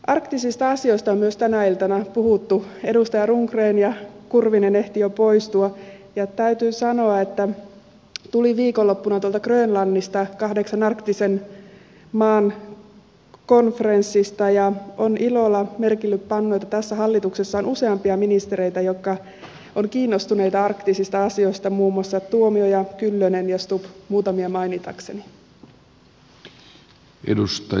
arktisista asioista on myös tänä iltana puhuttu edustaja rundgren ja kurvinen joka ehti jo poistua ja täytyy sanoa että tulin viikonloppuna tuolta grönlannista kahdeksan arktisen maan konferenssista ja olen ilolla merkille pannut että tässä hallituksessa on useampia ministereitä jotka ovat kiinnostuneita arktisista asioista muun muassa tuomioja kyllönen ja stubb muutamia mainitakseni